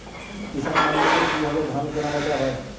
কৃষান মান্ডিতে কি ভাবে ধান কেনাবেচা হয়?